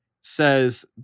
says